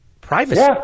privacy